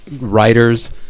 writers